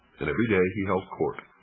and every day he held court,